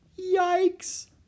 Yikes